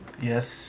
Yes